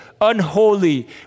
unholy